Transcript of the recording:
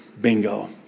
Bingo